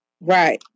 Right